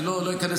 אני מקשיבה לשניכם.